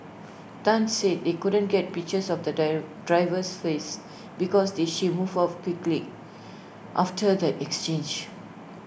Tan said they couldn't get pictures of the dove driver's face because they she moved off quickly after the exchange